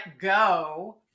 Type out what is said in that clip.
go